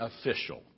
official